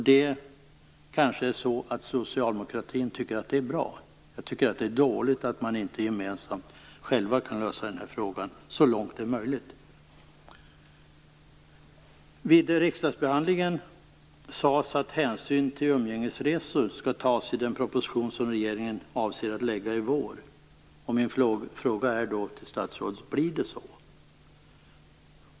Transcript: Det är kanske så att socialdemokratin tycker att det är bra. Jag tycker att det är dåligt att man gemensamt inte kan lösa frågan så långt det är möjligt. Vid riksdagsbehandlingen sades att hänsyn till umgängesresor skall tas i den proposition som regeringen avser att lägga fram i vår. Min fråga är: Blir det så?